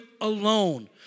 alone